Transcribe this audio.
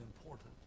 important